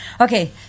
Okay